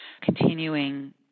continuing